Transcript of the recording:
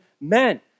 men